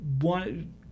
One